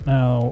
Now